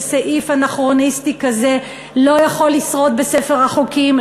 אני חושבת שסעיף אנכרוניסטי כזה לא יכול לשרוד בספר החוקים,